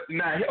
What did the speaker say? now